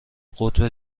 قطب